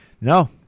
no